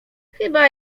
chyba